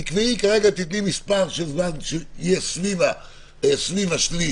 תתני זמן סביב השליש,